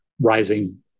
rising